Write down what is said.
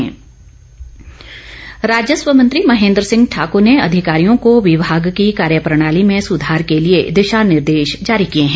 राजस्व राजस्व मंत्री महेन्द्र सिंह ठाकूर ने अधिकारियों को विभाग की कार्यप्रणाली में सुधार के लिए दिशा निर्देश जारी किए हैं